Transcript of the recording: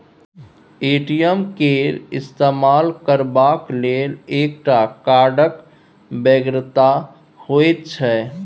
ATM केर इस्तेमाल करबाक लेल एकटा कार्डक बेगरता होइत छै